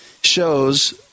shows